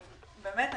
טובה.